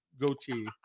goatee